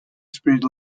speed